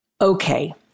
Okay